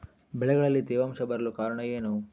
ಬೆಳೆಗಳಲ್ಲಿ ತೇವಾಂಶ ಬರಲು ಕಾರಣ ಏನು?